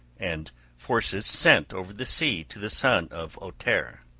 and forces sent over the sea to the son of ohtere,